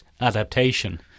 adaptation